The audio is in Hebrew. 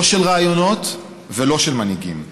לא של רעיונות ולא של מנהיגים.